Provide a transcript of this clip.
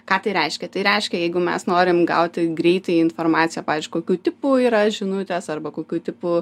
ką tai reiškia tai reiškia jeigu mes norim gauti greitai informaciją pavyzdž kokių tipų yra žinutės arba kokių tipų